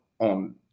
On